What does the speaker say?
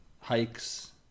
hikes